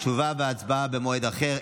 תשובה והצבעה במועד אחר.